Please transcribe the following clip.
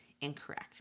incorrect